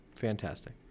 Fantastic